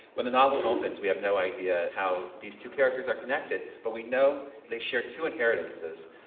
when the novel opens we have no idea how these two characters are connected but we know they share two inheritances.